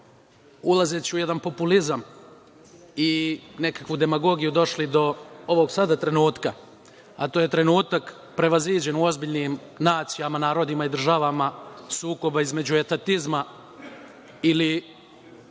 ulazeći u jedan populizam i nekakvu demagogiju došli do ovog sada trenutka, a to je trenutak prevaziđen u ozbiljnim nacijama, narodima i državama sukoba između etatizma ili